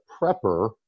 prepper